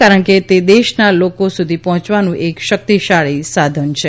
કારણ કે તે દેશના લોકો સુધી પહોંચવાનું એક શક્તિશાળી સાધન છે